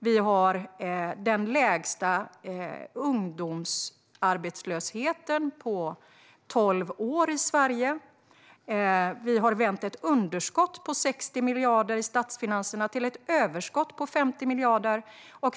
Vi har den lägsta ungdomsarbetslösheten på tolv år i Sverige. Vi har vänt ett underskott på 60 miljarder i statsfinanserna till ett överskott på 50 miljarder.